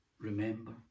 Remember